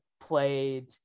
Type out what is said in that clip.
played